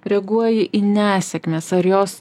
reaguoji į nesėkmes ar jos